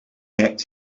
act